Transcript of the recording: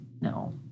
No